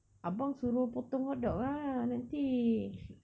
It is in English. abang suruh potong hotdog ah nanti